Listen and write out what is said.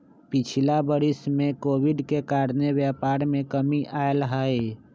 पिछिला वरिस में कोविड के कारणे व्यापार में कमी आयल हइ